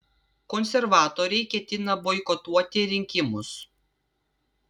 konservatoriai ketina boikotuoti rinkimus